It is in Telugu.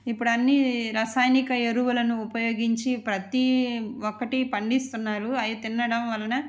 ఇప్పుడు అన్ని రసాయనిక ఎరువులను ఉపయోగించి ప్రతి ఒక్కటి పండిస్తున్నారు అవి తినడం వలన